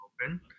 open